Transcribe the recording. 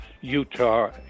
Utah